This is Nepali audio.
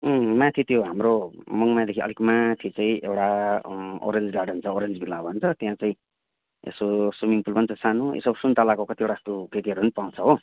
माथि त्यो हाम्रो मङमायादेखि अलिक माथि चाहिँ एउटा ओरेन्ज गार्डेन छ ओरेन्ज भिल्ला भन्छ त्यहाँ चाहिँ यसो सुइमिङ पुल पनि छ सानो यसो सुनतलाको कतिवटा त्यो खेतीहरू पनि पाउँछ हो